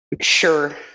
Sure